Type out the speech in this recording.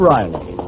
Riley